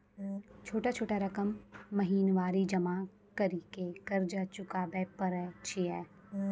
छोटा छोटा रकम महीनवारी जमा करि के कर्जा चुकाबै परए छियै?